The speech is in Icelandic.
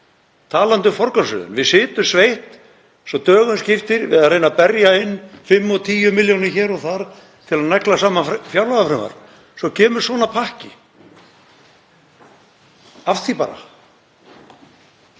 Talandi um forgangsröðun. Við sitjum sveitt svo dögum skiptir við að reyna að berja inn 5 og 10 milljónir hér og þar til að negla saman fjárlagafrumvarp og svo kemur svona pakki, af því bara.